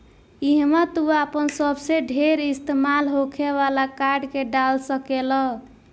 इहवा तू आपन सबसे ढेर इस्तेमाल होखे वाला कार्ड के डाल सकेल